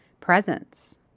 presence